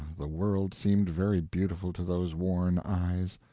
the world seemed very beautiful to those worn eyes.